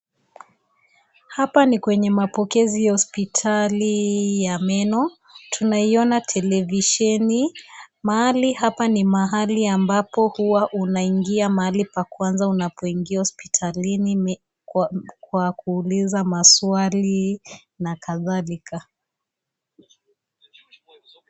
Hapa ni kwenye mapokezi ya hospitali ya meno tunaiona televisheni ,mahali hapa ni mahali ambapo huwa unaingia Mahali pa kwanza unapoingia hospitalini Kwa kuuliza maswali na kadhalika.